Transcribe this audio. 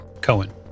Cohen